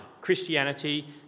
Christianity